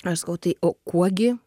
aš sakau tai o kuo gi